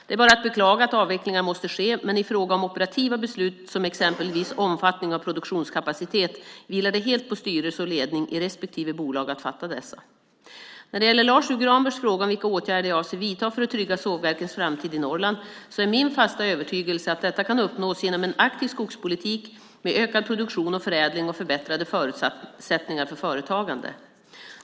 Det är bara att beklaga att avvecklingar måste ske, men i fråga om operativa beslut, som exempelvis omfattning av produktionskapacitet, vilar det helt på styrelse och ledning i respektive bolag att fatta dessa. När det gäller Lars U Granbergs fråga om vilka åtgärder jag avser att vidta för att trygga sågverkens framtid i Norrland är min fasta övertygelse att detta kan uppnås genom en aktiv skogspolitik med ökad produktion och förädling och förbättrade förutsättningar för företagande.